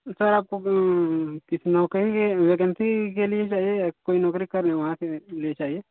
sir आपको किस नौकरी के वकेंसी के लिए चाहिए या कोई नौकरी कर रहे वहाँ के लिए चाहिए